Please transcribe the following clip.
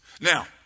Now